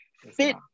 fit